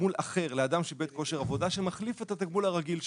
תגמול אחר לאדם שאיבד כושר עבודה שמחליף את התגמול הרגיל שלו.